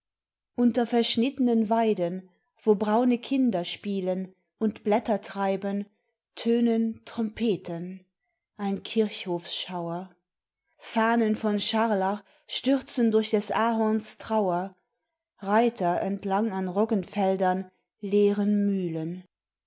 unter verschnittenen weiden wo braune kinder spielen und blätter treiben tönen trompeten ein kirchhofsschauer fahnen von scharlach stürzen durch des ahorns trauer reiter entlang an roggenfeldern leeren mühlen